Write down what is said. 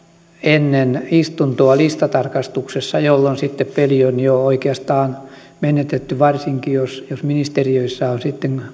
ennen istuntoa listatarkastuksessa jolloin sitten peli on jo oikeastaan menetetty varsinkin jos jos ministeriöissä on sitten